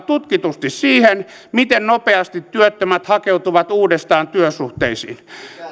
tutkitusti siihen miten nopeasti työttömät hakeutuvat uudestaan työsuhteisiin